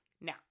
Now